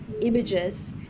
images